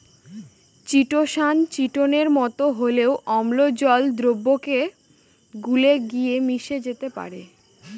chitosan চিটোনের মতো হলেও অম্ল জল দ্রাবকে গুলে গিয়ে মিশে যেতে পারে